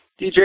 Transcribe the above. DJ